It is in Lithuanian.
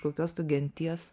kokios tu genties